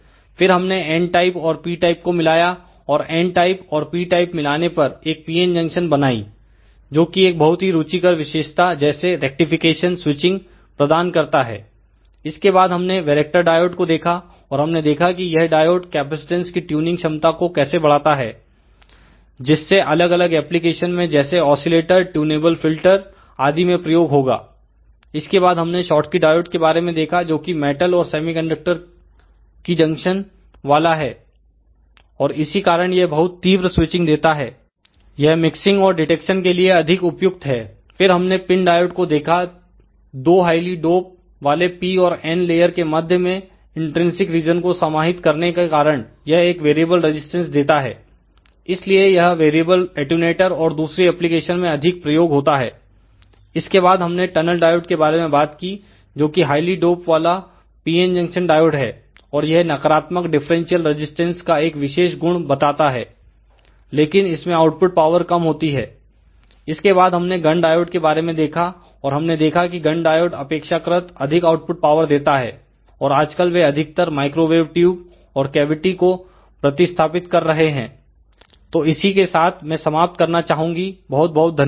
फिर हमने N type और P टाइप को मिलाया और N टाइप और P टाइप मिलाने पर एक PN जंक्शन बनाई जोकि एक बहुत ही रुचिकर विशेषता जैसे रेक्टिफिकेशन स्विचिंग प्रदान करता है इसके बाद हमने वैरेक्टर डायोड को देखा और हमने देखा कि यह डायोड कैपेसिटेंस की ट्यूनिंग क्षमता को कैसे बढ़ाता है जिससे अलग अलग एप्लीकेशन में जैसे ऑक्सीलेटर ट्यूनएविल फिल्टर आदि में प्रयोग होगा इसके बाद हमने शॉटकी डायोड के बारे में देखा जोकि मेटल और सेमीकंडक्टर की जंक्शन वाला है और इसी कारण यह बहुत तीव्र स्विचिंग देता है यह मिक्सिंग और डिटेक्शन के लिए अधिक उपयुक्त है फिर हमने पिन डायोड को देखा दो हाइली डोप वाले P और N लेयर के मध्य में इंट्रिसिक रीजन को समाहित करने के कारण यह एक वेरिएबल रजिस्टेंस देता है इसलिए यह वेरिएबल अटैंयूटर और दूसरी एप्लीकेशन में अधिक प्रयोग होता है इसके बाद हमने टनल डायोड के बारे में बात की जोकि हाइली डोप वाला PN जंक्शन डायोड है और यह नकारात्मक डिफरेंशियल रजिस्टेंस का एक विशेष गुण बताता है लेकिन इसमें आउटपुट पावर कम होती है इसके बाद हमने गन डायोड के बारे में देखा और हमने देखा कि गन डायोड अपेक्षाकृत अधिक आउटपुट पावर देता है और आजकल वे अधिकतर माइक्रोवेव ट्यूब और कैविटी को प्रतिस्थापित कर रहे हैं तो इसी के साथ मैं समाप्त करना चाहूंगी बहुत बहुत धन्यवाद